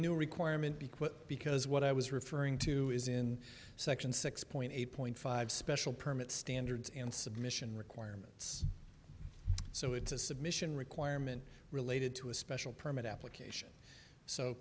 new requirement be quick because what i was referring to is in section six point eight point five special permit standards and submission requirements so it's a submission requirement related to a special permit application so